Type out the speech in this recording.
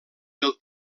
del